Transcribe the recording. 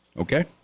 Okay